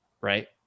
right